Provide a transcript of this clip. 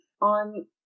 on